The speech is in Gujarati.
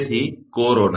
તેથી કોરોના